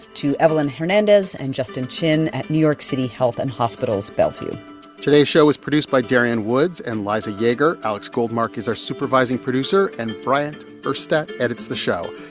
to evelyn hernandez and justin chin at new york city health plus and hospitals bellevue today's show was produced by darian woods and liza yeager. alex goldmark is our supervising producer. and bryant urstadt edits the show.